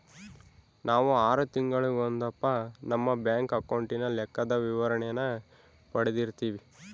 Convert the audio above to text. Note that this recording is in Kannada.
ನಾವು ಆರು ತಿಂಗಳಿಗೊಂದಪ್ಪ ನಮ್ಮ ಬ್ಯಾಂಕ್ ಅಕೌಂಟಿನ ಲೆಕ್ಕದ ವಿವರಣೇನ ಪಡೀತಿರ್ತೀವಿ